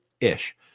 ish